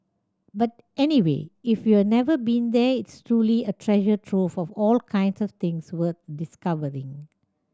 but anyway if you've never been there is truly a treasure trove of all kinds of things worth discovering